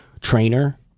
trainer